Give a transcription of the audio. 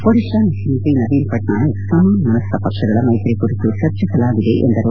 ಒಡಿಶಾ ಮುಖ್ಚಿಮಂತ್ರಿ ನವೀನ್ ಪಟ್ನಾಯಕ್ ಸಮಾನ ಮನಸ್ತ ಪಕ್ಷಗಳ ಮೈತ್ರಿ ಕುರಿತು ಚರ್ಚಿಸಲಾಗಿದೆ ಎಂದರು